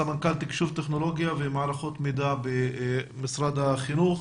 סמנכ"ל תקשוב טכנולוגיה ומערכות מידע במשרד החינוך.